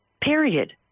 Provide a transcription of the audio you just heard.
Period